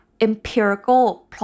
empirical